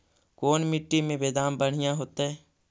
कोन मट्टी में बेदाम बढ़िया होतै?